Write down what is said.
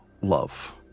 love